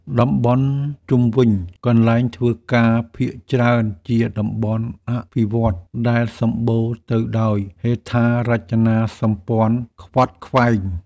តំបន់ជុំវិញកន្លែងធ្វើការភាគច្រើនជាតំបន់អភិវឌ្ឍន៍ ដែលសម្បូរទៅដោយហេដ្ឋារចនាសម្ព័ន្ធខ្វាត់ខ្វែង។